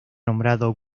nombrado